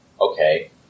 Okay